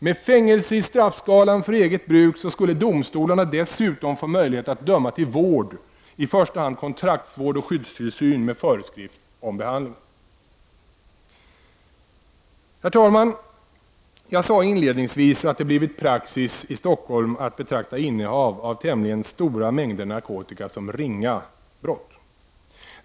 Med fängelse i straffskalan för eget bruk skulle domstolarna dessutom få möjlighet att döma till vård, i första hand kontraktsvård och skyddstillsyn med föreskrift om behandling. Herr talman! Jag sade inledningsvis att det blivit praxis i Stockholm att betrakta innehav av tämligen stora mängder narkotika som ringa brott.